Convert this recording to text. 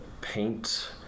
paint